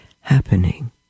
happening